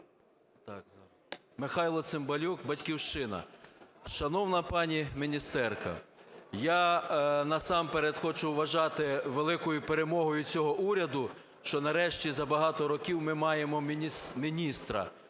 Михайло Цимбалюк, "Батьківщина". Шановна пані міністерка! Я, насамперед, хочу вважати великою перемогою цього уряду, що, нарешті, за багато років ми маємо міністра